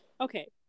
Okay